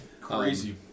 crazy